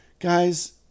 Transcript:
Guys